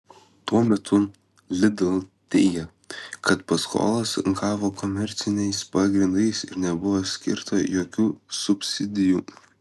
tuo metu lidl teigia kad paskolas gavo komerciniais pagrindais ir nebuvo skirta jokių subsidijų